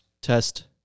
Test